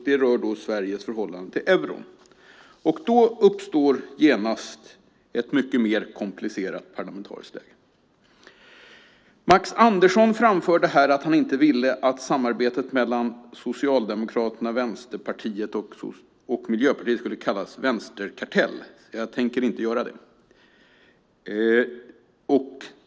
Det rör Sveriges förhållande till euron, och då uppstår genast ett mycket mer komplicerat parlamentariskt läge. Max Andersson framförde att han inte ville att samarbetet mellan Socialdemokraterna, Vänsterpartiet och Miljöpartiet skulle kallas vänsterkartell. Jag tänker inte göra det.